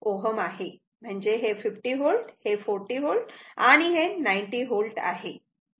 म्हणजे हे 50 V हे 40 V आणि हे 90 V आहे